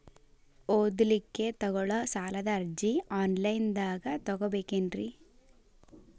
ಓದಲಿಕ್ಕೆ ತಗೊಳ್ಳೋ ಸಾಲದ ಅರ್ಜಿ ಆನ್ಲೈನ್ದಾಗ ತಗೊಬೇಕೇನ್ರಿ?